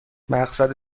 مقصد